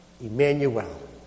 Emmanuel